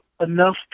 enough